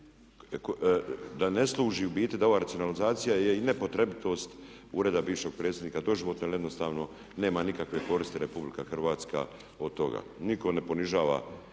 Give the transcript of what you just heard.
da ne služi, da ova racionalizacija je i ne potrebitost ureda bivšeg predsjednika doživotno jer jednostavno nema nikakve koristi RH od toga. Nitko ne ponižava